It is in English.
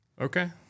okay